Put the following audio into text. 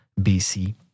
BC